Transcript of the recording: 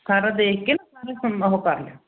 ਸਾਰਾ ਦੇਖ ਕੇ ਨਾ ਸਾਰਾ ਕਰ ਲਿਓ